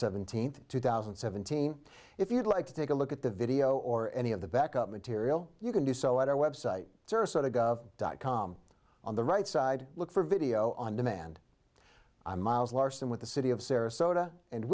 seventeenth two thousand and seventeen if you'd like to take a look at the video or any of the back up material you can do so at our website sarasota gov dot com on the right side look for video on demand i'm miles larson with the city of sarasota and